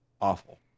awful